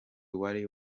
wari